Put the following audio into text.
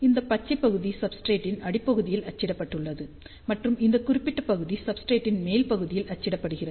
இந்த பச்சை பகுதி சப்ஸ்ரேட் ன் அடிப்பகுதியில் அச்சிடப்பட்டுள்ளது மற்றும் இந்த குறிப்பிட்ட பகுதி சப்ஸ்ரேட் ன் மேல் பக்கத்தில் அச்சிடப்படுகிறது